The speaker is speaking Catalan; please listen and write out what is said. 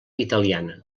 italiana